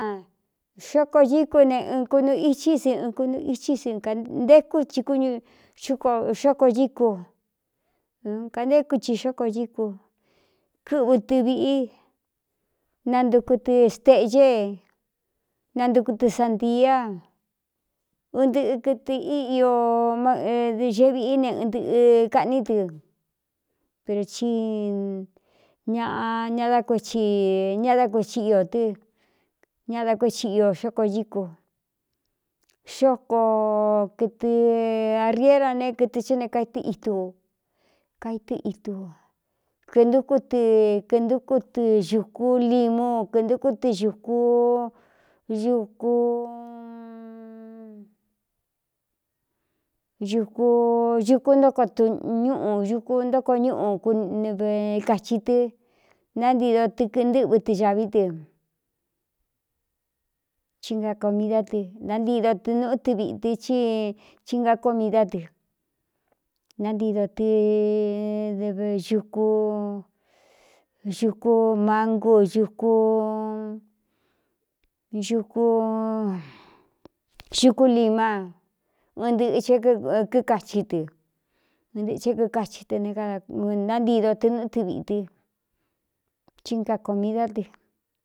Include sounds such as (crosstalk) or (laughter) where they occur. (noise) Xóko ñíku ne ɨn kunu ichí sɨ n kúnu ichí sɨ antékú ti kxóko íku kantéku chi xóko íku kɨꞌvɨ tɨ viꞌi nantuku tɨ steꞌge e nantuku tɨ sandia un ntɨꞌɨ kɨtɨ íꞌioñee viꞌí ne ntɨꞌɨ kaꞌní tɨ pero ci ñaꞌa ña dá kué chi ñadá kuéchiꞌi ō tɨ ñá dá kué chiꞌi o xóko ñíku xoko kɨtɨ ariero ne kɨtɨ hɨ ne kaitɨ itu u kaitɨ́ itu kɨntuku tɨ kɨntúkú tɨ xūkú limú kɨntukú tɨ (hesitation) ñuku ntóko tuñúꞌu ñuku ntóko ñúꞌu knv kachi tɨ nántido tɨkɨntɨ́ꞌvɨ tɨ xāví tɨ chinga komidá tɨ ntántido tɨ nuꞌú tɨ viꞌtɨ i chinga komidá dɨ nántii do tɨvukuñuku mangu (hesitation) xukú lima ɨn ntɨꞌɨ ché kíkachi tɨ ɨn tɨɨ̄ hé kkachi tɨ nántido tɨ núꞌú tɨ viꞌītɨ chinga komidá dɨ.